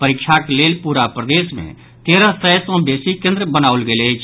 परीक्षाक लेल पूरा प्रदेश मे तेरह सय सँ बेसी केंद्र बनाओल गेल अछि